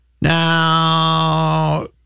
Now